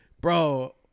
Bro